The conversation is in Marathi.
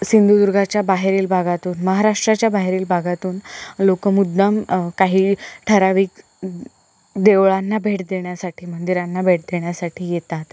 सिंधुदुर्गाच्या बाहेरील भागातून महाराष्ट्राच्या बाहेरील भागातून लोक मुद्दाम काही ठराविक देवळांना भेट देण्यासाठी मंदिरांना भेट देण्यासाठी येतात